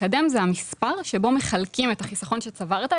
מקדם זה המספר שבו מחלקים את החיסכון שצברת,